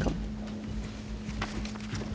Kl.